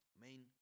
main